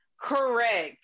Correct